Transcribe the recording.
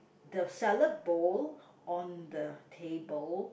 the salad bowl on the table